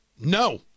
No